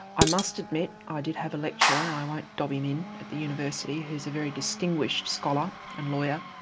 i must admit, ah i did have a lecturer, and i won't dob him in, at the university, who's a very distinguished scholar and lawyer,